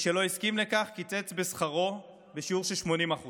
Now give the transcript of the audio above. משלא הסכים לכך, קיצץ בשכרו בשיעור של 80%;